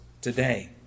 today